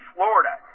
Florida